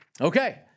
Okay